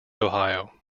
ohio